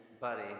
buddy